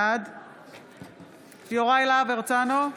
בעד יוראי להב הרצנו,